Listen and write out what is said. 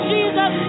Jesus